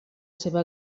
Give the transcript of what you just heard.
seva